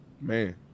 Man